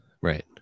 Right